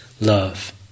love